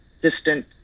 distant